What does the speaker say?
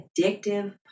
addictive